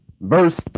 Verse